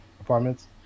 apartments